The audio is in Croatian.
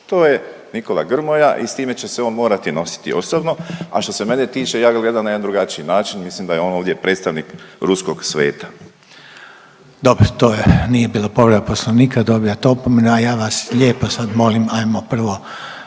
To je Nikola Grmoja i s time će se on morati nositi osobno, a što se mene tiče ja ga gledam na jedan drugačiji način. Mislim da je on ovdje predstavnik ruskog sveta. **Reiner, Željko (HDZ)** Dobro, to je, nije bila povreda Poslovnika, dobijate opomenu, a ja vas lijepo sad molim ajmo prvo